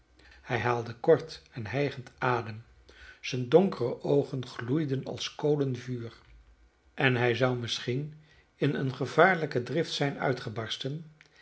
hij haalde kort en hijgend adem zijne donkere oogen gloeiden als kolen vuur en hij zou misschien in eene gevaarlijke drift zijn uitgebarsten